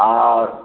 और